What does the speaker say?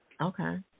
Okay